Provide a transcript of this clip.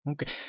Okay